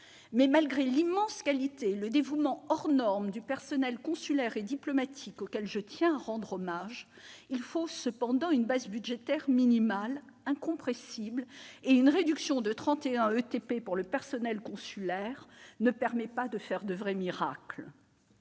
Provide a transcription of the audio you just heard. Mais malgré l'immense qualité et le dévouement hors norme du personnel consulaire et diplomatique, auquel je tiens à rendre hommage, il faut cependant une baisse budgétaire minimale incompressible. Une réduction de 31 ETP pour le personnel consulaire ne permet pas de faire de vrais miracles.